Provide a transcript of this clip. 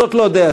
זאת לא דעתי.